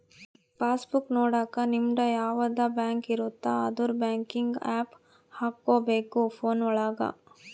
pass book ನೊಡಕ ನಿಮ್ಡು ಯಾವದ ಬ್ಯಾಂಕ್ ಇರುತ್ತ ಅದುರ್ ಬ್ಯಾಂಕಿಂಗ್ ಆಪ್ ಹಕೋಬೇಕ್ ಫೋನ್ ಒಳಗ